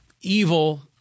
evil